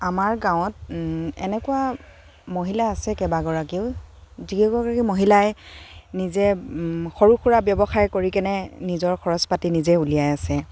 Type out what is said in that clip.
আমাৰ গাঁৱত এনেকুৱা মহিলা আছে কেবাগৰাকীও যি কেইগৰাকী মহিলাই নিজে সৰু সুৰা ব্যৱসায় কৰি কেনে নিজৰ খৰচ পাতি নিজে উলিয়াই আছে